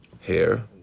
hair